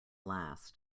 last